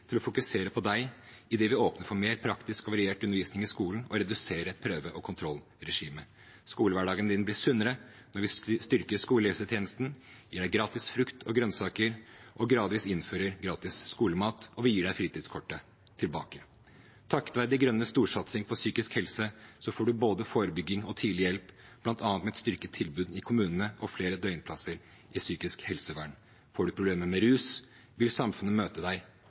til å fokusere på deg idet vi åpner for mer praktisk og variert undervisning i skolen og reduserer et prøve- og kontrollregime. Skolehverdagen din blir sunnere, vi styrker skolehelsetjenesten, vi gir deg gratis frukt og grønsaker og innfører gradvis gratis skolemat, og vi gir deg fritidskortet tilbake. Takket være De Grønnes storsatsing på psykisk helse får du både forebygging og tidlig hjelp, bl.a. med et styrket tilbud i kommunene og flere døgnplasser i psykisk helsevern. Får du problemer med rus, vil samfunnet møte